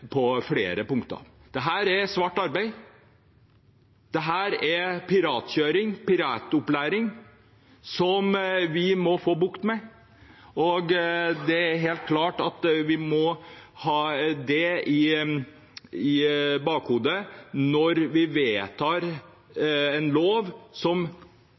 flere punkter. Dette er svart arbeid. Dette er piratkjøring, piratopplæring, som vi må få bukt med. Det er helt klart at vi må ha det i bakhodet når vi vedtar en lov, som